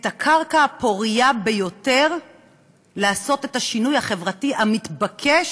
הקרקע הפורייה ביותר לעשות את השינוי החברתי המתבקש,